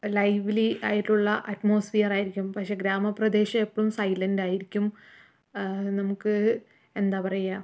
live ലി ആയിട്ടുള്ള atmosphere ആയിരിക്കും പക്ഷേ ഗ്രാമപ്രദേശം എപ്പോഴും സൈലൻറ് ആയിരിക്കും നമുക്ക് എന്താ പറയുക